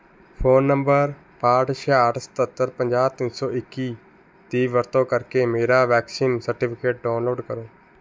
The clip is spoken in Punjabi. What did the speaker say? ਫ਼ੋਨ ਨੰਬਰ ਬਾਹਠ ਛਿਆਹਠ ਸਤੱਤਰ ਪੰਜਾਹ ਤਿੰਨ ਸੋ ਇੱਕੀ ਦੀ ਵਰਤੋਂ ਕਰਕੇ ਮੇਰਾ ਵੈਕਸੀਨ ਸਰਟੀਫਿਕੇਟ ਡਾਊਨਲੋਡ ਕਰੋ